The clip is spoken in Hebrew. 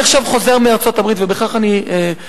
אני עכשיו חוזר מארצות-הברית, ובכך אני אסיים,